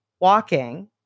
walking